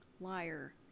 liar